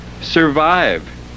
survive